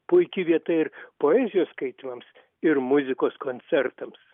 puiki vieta ir poezijos skaitymams ir muzikos koncertams